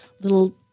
little